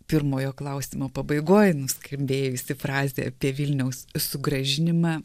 pirmojo klausimo pabaigoj nuskambėjusi frazė apie vilniaus sugrąžinimą